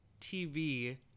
TV